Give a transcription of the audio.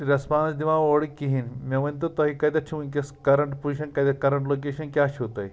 response دِوان اورٕ کِہیٖنۍ مےٚ ؤنۍتو تۄہہِ کَتٮ۪تھ چھُو وٕنۍکٮ۪س کَرنٛٹ پُزِشَن کَتٮ۪تھ کَرنٛٹ لوکیشَن کیٛاہ چھُو تۄہہِ